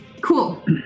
cool